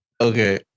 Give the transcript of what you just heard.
Okay